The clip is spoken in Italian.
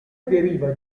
deriva